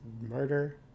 murder